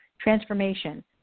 Transformation